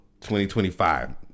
2025